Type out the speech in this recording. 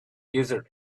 user